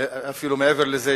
אפילו מעבר לזה,